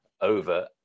over